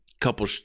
Couple